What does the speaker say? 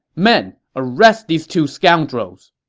men, arrest these two scoundrels!